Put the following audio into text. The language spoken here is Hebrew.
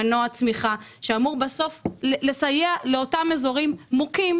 מנוע צמיחה שאמור לסייע לאתם אזורים מוכים,